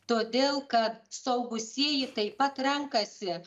todėl kad suaugusieji taip pat renkasi